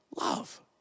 love